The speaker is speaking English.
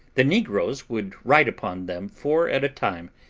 the negroes would ride upon them four at a time,